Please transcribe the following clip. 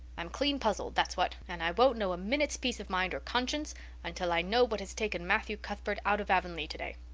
i'm clean puzzled, that's what, and i won't know a minute's peace of mind or conscience until i know what has taken matthew cuthbert out of avonlea today.